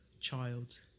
child